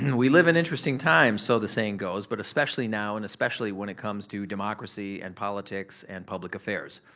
and we live in interesting times so the saying goes but especially now and especially when it comes to democracy and politics and public affairs.